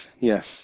Yes